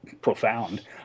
profound